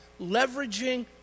leveraging